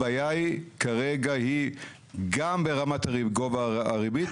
הבעיה היא כרגע גם ברמת גובה הריבית,